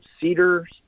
cedars